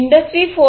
industry 4